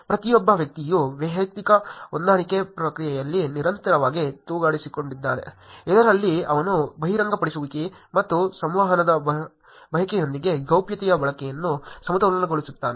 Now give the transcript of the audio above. ಪ್ರತಿಯೊಬ್ಬ ವ್ಯಕ್ತಿಯು ವೈಯಕ್ತಿಕ ಹೊಂದಾಣಿಕೆ ಪ್ರಕ್ರಿಯೆಯಲ್ಲಿ ನಿರಂತರವಾಗಿ ತೊಡಗಿಸಿಕೊಂಡಿದ್ದಾನೆ ಇದರಲ್ಲಿ ಅವನು ಬಹಿರಂಗಪಡಿಸುವಿಕೆ ಮತ್ತು ಸಂವಹನದ ಬಯಕೆಯೊಂದಿಗೆ ಗೌಪ್ಯತೆಯ ಬಯಕೆಯನ್ನು ಸಮತೋಲನಗೊಳಿಸುತ್ತಾನೆ